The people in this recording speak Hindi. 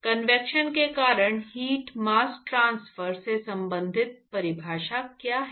कन्वेक्शन के कारण हीट मास्स ट्रांसफर से संबंधित परिभाषा क्या है